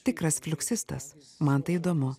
tikras fliuksistas man tai įdomu